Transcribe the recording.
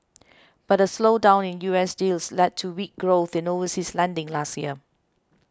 but a slowdown in US deals led to weak growth in overseas lending last year